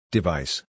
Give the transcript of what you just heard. Device